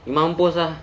pergi mampus ah